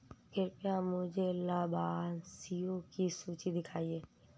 कृपया मुझे लाभार्थियों की सूची दिखाइए